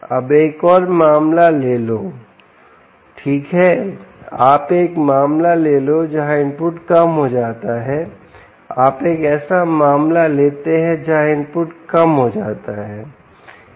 अब एक और मामला ले लो ठीक है आप एक मामला ले लो जहां इनपुट कम हो जाता है आप एक ऐसा मामला लेते हैं जहां इनपुट कम हो जाता है